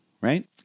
Right